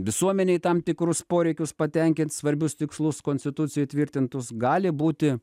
visuomenei tam tikrus poreikius patenkint svarbius tikslus konstitucijoj tvirtintus gali būti